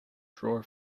drawer